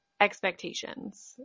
expectations